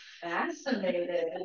fascinated